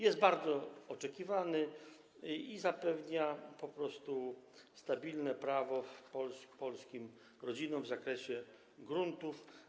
Jest bardzo oczekiwany i zapewnia po prostu stabilne prawo polskim rodzinom w zakresie gruntów.